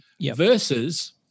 versus